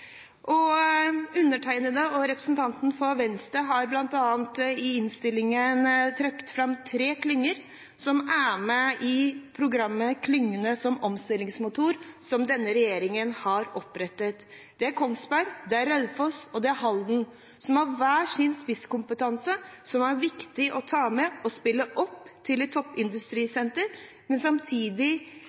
Undertegnede og representanten fra Venstre har bl.a. i innstillingen trukket fram tre klynger som er med i programmet Klyngene som omstillingsmotor, som denne regjeringen har opprettet. Det er Kongsberg, Raufoss og Halden, som har hver sin spisskompetanse, som det er viktig å ta med og spille opp til et toppindustrisenter, men som samtidig